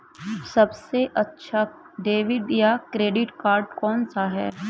सबसे अच्छा डेबिट या क्रेडिट कार्ड कौन सा है?